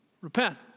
repent